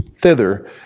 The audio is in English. thither